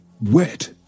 wet